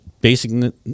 basic